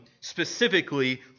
specifically